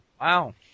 Wow